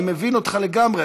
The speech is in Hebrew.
אני מבין אותך לגמרי.